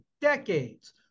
decades